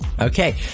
Okay